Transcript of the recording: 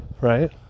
right